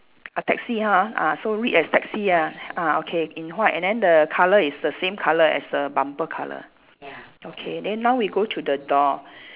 a taxi ha ah so read as taxi ya ah okay in white and then the colour is the same colour as the bumper colour okay then now we go to the door